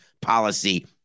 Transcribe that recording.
policy